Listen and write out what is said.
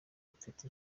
mfite